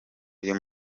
uyu